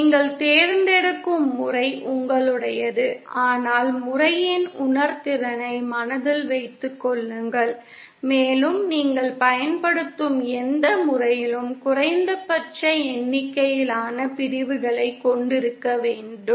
நீங்கள் தேர்ந்தெடுக்கும் முறை உங்களுடையது ஆனால் முறையின் உணர்திறனை மனதில் வைத்துக் கொள்ளுங்கள் மேலும் நீங்கள் பயன்படுத்தும் எந்த முறையிலும் குறைந்தபட்ச எண்ணிக்கையிலான பிரிவுகளைக் கொண்டிருக்க வேண்டும்